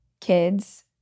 kids